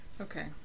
okay